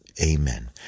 Amen